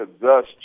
thus